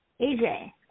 AJ